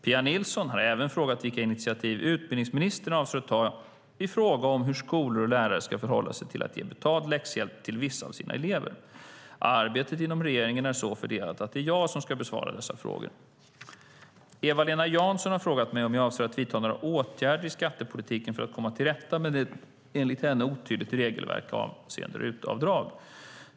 Pia Nilsson har även frågat vilka initiativ utbildningsministern avser att ta i fråga om hur skolor och lärare ska förhålla sig till att ge betald läxhjälp till vissa av sina elever. Arbetet inom regeringen är så fördelat att det är jag som ska besvara dessa frågor. Eva-Lena Jansson har frågat mig om jag avser att vidta några åtgärder i skattepolitiken för att komma till rätta med ett, enligt henne, otydligt regelverk avseende RUT-avdraget.